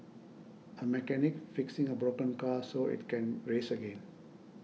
a mechanic fixing a broken car so it can race again